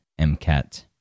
MCAT